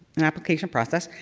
an application process,